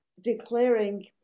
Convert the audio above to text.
declaring